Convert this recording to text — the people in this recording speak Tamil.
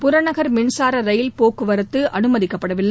புறநகர் மின்சார ரயில் போக்குவரத்து அனுமதிக்கப்படவில்லை